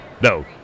No